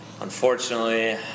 unfortunately